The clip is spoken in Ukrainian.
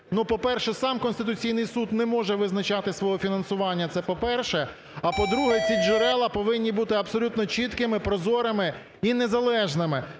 по-перше, сам Конституційний Суд не може визначати свого фінансування, це по-перше. А, по-друге, ці джерела повинні бути абсолютно чіткими, прозорими і незалежними.